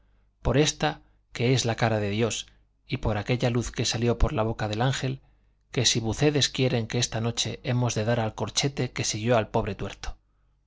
por esta que es la cara de dios y por aquella luz que salió por la boca del ángel que si vucedes quieren que esta noche hemos de dar al corchete que siguió al pobre tuerto